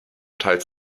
teils